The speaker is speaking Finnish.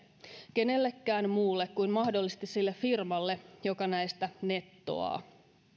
kenellekään muulle kuin mahdollisesti sille firmalle joka näistä nettoaa